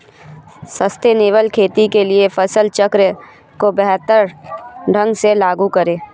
sustainable खेती के लिए फसल चक्र को बेहतर ढंग से लागू करें